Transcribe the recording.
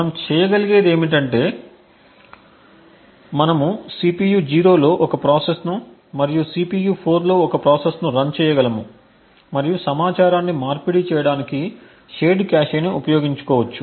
మనం చేయగలిగేది ఏమిటంటే మనము CPU 0 లో ఒక ప్రాసెస్ను మరియు CPU 4 లో ఒక ప్రాసెస్ను రన్ చేయగలము మరియు సమాచారాన్ని మార్పిడి చేయడానికి షేర్డ్ కాష్ను ఉపయోగించుకోవచ్చు